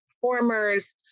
performers